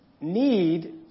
need